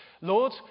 Lord